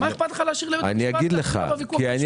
אבל מה אכפת לך להשאיר לבית המשפט להכריע בוויכוח המשפטי בינינו?